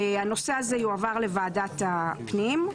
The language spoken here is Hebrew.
הנושא הזה יועבר לוועדת הפנים.